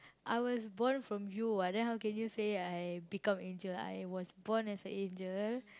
I was born from you [what] then how can you say I become angel I was born as a angel